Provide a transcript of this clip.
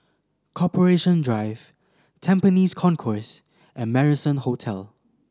Corporation Drive Tampines Concourse and Marrison Hotel